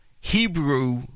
Hebrew